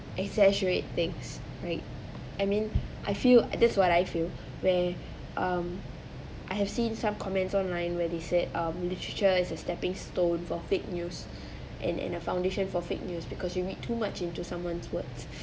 exaggerate things right I mean I feel that's what I feel where um I have seen some comments online where they said um literature is a stepping stone for fake news and and a foundation for fake news because you read too much into someone's words